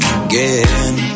again